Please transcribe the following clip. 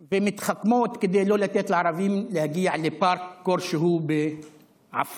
ומתחכמות כדי שלא לתת לערבים להגיע לפארק כלשהו בעפולה.